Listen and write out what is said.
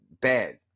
bad